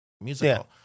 musical